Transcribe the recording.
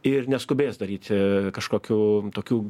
ir neskubės daryti kažkokių tokių